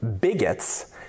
bigots